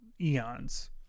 eons